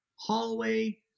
hallway